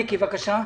מיקי, בבקשה.